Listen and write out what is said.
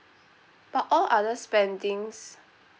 but all other spendings